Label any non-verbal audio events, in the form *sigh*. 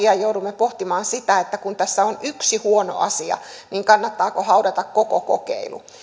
*unintelligible* ja ja joudumme pohtimaan sitä että kun tässä on yksi huono asia niin kannattaako haudata koko kokeilu